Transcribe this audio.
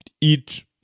Eat